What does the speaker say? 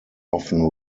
often